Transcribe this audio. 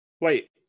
Wait